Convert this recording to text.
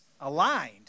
aligned